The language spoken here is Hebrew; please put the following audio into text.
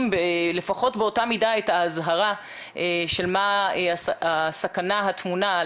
לפחות באותה מידה את האזהרה של מה הסכנה הטמונה,